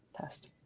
test